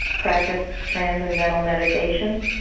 practiced transcendental meditation,